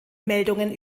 meldungen